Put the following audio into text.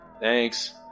Thanks